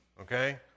okay